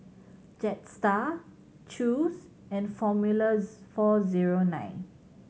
Jetstar Chew's and Formulas four zero nine